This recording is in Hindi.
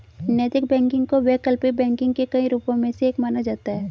नैतिक बैंकिंग को वैकल्पिक बैंकिंग के कई रूपों में से एक माना जाता है